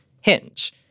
Hinge